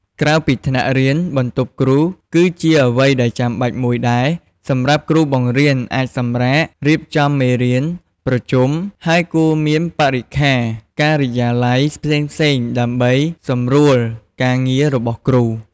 ក្រៅពីថ្នាក់រៀន បន្ទប់គ្រូ គឺជាអ្វីដែលចាំបាច់មួយដែរ សម្រាប់គ្រូបង្រៀនអាចសម្រាក រៀបចំមេរៀន ប្រជុំ ហើយគួរមានបរិក្ខារការិយាល័យផ្សេងៗដើម្បីសំរួលការងាររបស់គ្រូ។